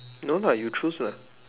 no lah you choose lah